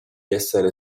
essere